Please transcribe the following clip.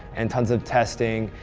and tons of testing,